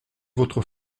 votre